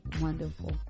wonderful